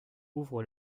ouvre